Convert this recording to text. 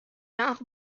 l’art